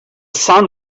sun